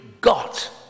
got